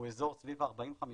הוא אזור סביב ה-50-40